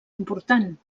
important